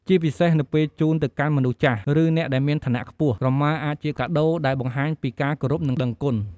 ជាពិសេសនៅពេលជូនទៅកាន់មនុស្សចាស់ ឬអ្នកដែលមានឋានៈខ្ពស់ ក្រមាអាចជាកាដូដែលបង្ហាញពីការគោរព និងដឹងគុណ។